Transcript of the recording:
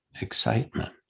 excitement